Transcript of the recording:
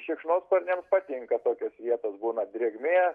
šikšnosparniam patinka tokios vietos būna drėgmė